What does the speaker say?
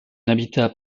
habitat